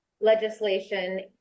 legislation